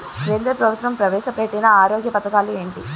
కేంద్ర ప్రభుత్వం ప్రవేశ పెట్టిన ఆరోగ్య పథకాలు ఎంటి?